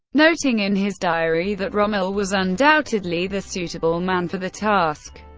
noting in his diary that rommel was undoubtedly the suitable man for the task.